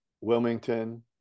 Wilmington